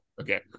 Okay